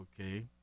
okay